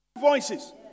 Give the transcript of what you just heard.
voices